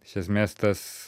iš esmės tas